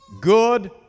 good